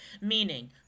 meaning